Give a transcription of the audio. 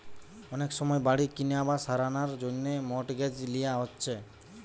অনেক সময় বাড়ি কিনা বা সারানার জন্যে মর্টগেজ লিয়া হচ্ছে